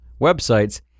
websites